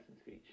speech